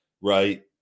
right